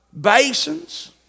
basins